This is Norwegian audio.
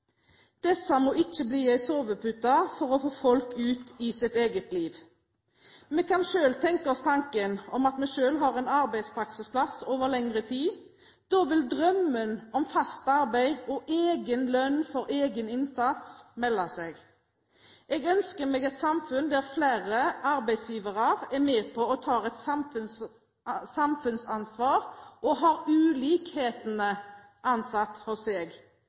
Disse må ikke bli en sovepute for å få folk ut i sitt eget liv. Vi kan tenke oss tanken at vi selv har en arbeidspraksisplass over lengre tid – da vil drømmen om fast arbeid og egen lønn for egen innsats melde seg. Jeg ønsker meg et samfunn der flere arbeidsgivere er med og tar et samfunnsansvar og har ulikhetene ansatt hos